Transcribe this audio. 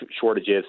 shortages